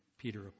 Peter